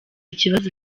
ikibazo